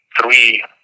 three